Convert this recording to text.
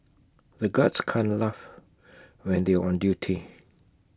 the guards can't laugh when they are on duty